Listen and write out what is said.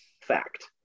fact